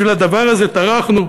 בשביל הדבר הזה טרחנו?